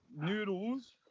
noodles